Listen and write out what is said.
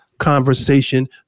conversation